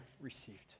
received